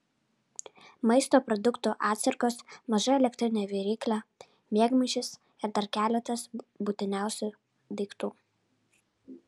maisto produktų atsargos maža elektrinė viryklė miegmaišis ir dar keletas būtiniausių daiktų